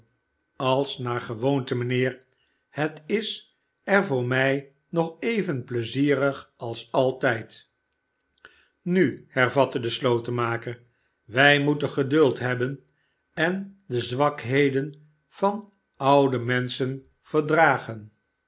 als naar gewoonte mijnheer het is er voor mij nog even pleizierig als altijd nu hervatte de slotenmaker wij moeten geduld hebben en de zwakheden van oude menschen verdragen